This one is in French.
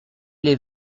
les